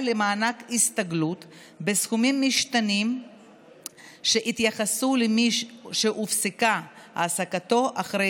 למענק הסתגלות בסכומים משתנים שיתייחסו למי שהופסקה העסקתו אחרי